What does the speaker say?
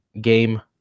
game